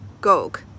gog